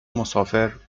مسافر